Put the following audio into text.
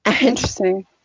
Interesting